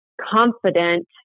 confident